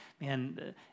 man